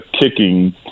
kicking